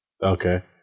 Okay